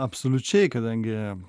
absoliučiai kadangi